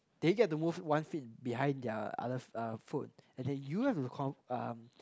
they get to move one feet behind their other uh foot and then you have to come uh